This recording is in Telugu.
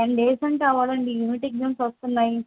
టెన్ డేస్ అంటే అవ్వదండి యూనిట్ ఎగ్జామ్స్ వస్తున్నాయి